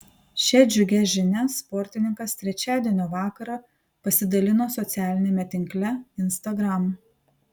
šia džiugia žinia sportininkas trečiadienio vakarą pasidalino socialiniame tinkle instagram